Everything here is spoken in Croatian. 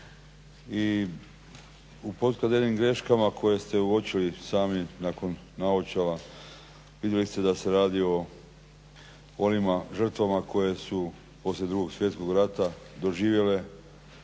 i u potkradenim greškama koje ste uočili sami nakon naočala vidjeli ste da se radi o onim žrtvama koje su poslije Drugog svjetskog rata doživjele